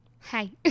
Hi